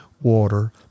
water